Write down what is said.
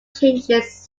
changes